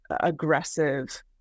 aggressive